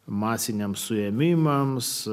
masiniams suėmimams